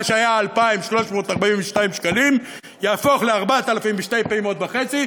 מה שהיה 2,342 שקלים יהפוך ל-4,000 בשתי פעימות וחצי,